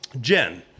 Jen